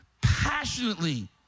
passionately